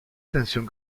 atención